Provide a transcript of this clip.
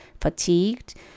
fatigued